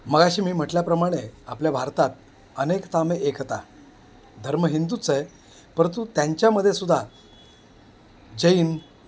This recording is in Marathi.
मघाशी मी म्हटल्याप्रमाणे आपल्या भारतात अनेकता में एकता धर्म हिंदूच आहे परंतु त्यांच्यामध्ये सुद्धा जैन